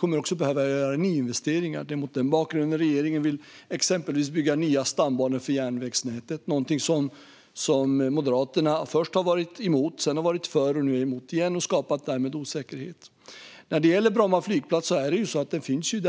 kommer också att behöva göra nyinvesteringar. Det är mot denna bakgrund regeringen exempelvis vill bygga nya stambanor för järnvägsnätet. Detta är något som Moderaterna först var emot, sedan för och nu emot igen, vilket skapar osäkerhet. Bromma flygplats finns ju.